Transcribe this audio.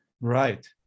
Right